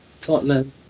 Tottenham